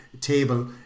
table